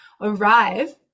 arrive